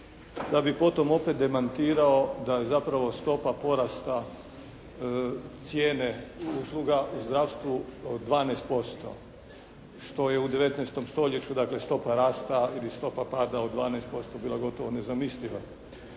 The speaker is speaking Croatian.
da bi potom opet demantirao da je zapravo stopa porasta cijene usluga u zdravstvu 12% što je u 19. stoljeću dakle stopa rasta ili stopa pada od 12% bila gotovo nezamisliva.